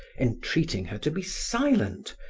entreating her to be silent,